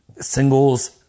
Singles